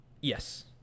Yes